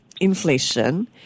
inflation